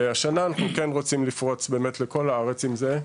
והשנה אנחנו כן רוצים לפרוץ בכל הארץ עם זה,